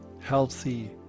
healthy